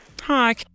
Hi